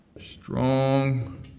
strong